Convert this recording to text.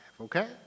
okay